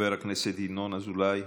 חבר הכנסת ינון אזולאי.